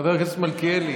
חבר הכנסת מלכיאלי,